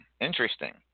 interesting